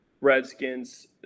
Redskins